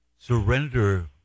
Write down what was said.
surrender